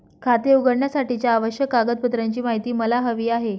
खाते उघडण्यासाठीच्या आवश्यक कागदपत्रांची माहिती मला हवी आहे